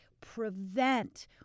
prevent